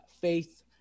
faith